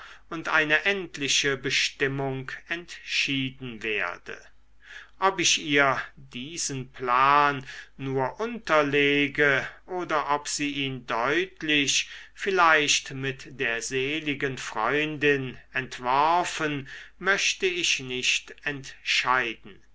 und eine endliche bestimmung entschieden werde ob ich ihr diesen plan nur unterlege oder ob sie ihn deutlich vielleicht mit der seligen freundin entworfen möchte ich nicht entscheiden